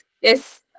yes